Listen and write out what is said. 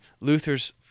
Luther's